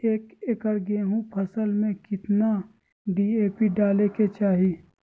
एक एकड़ गेहूं के फसल में कितना डी.ए.पी डाले के चाहि?